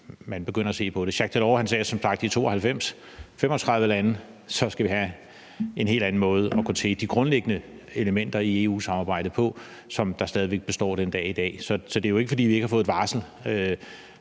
man begynder at se på det? Jacques Delors sagde som sagt i 1992, at med 35 lande skal vi have en helt anden måde at gå til de grundlæggende elementer i EU-samarbejdet på, som stadig væk består den dag i dag. Så det er jo ikke, fordi vi ikke har fået et varsel.